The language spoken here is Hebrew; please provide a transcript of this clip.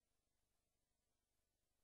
לשגריר